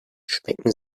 schmecken